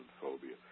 phobia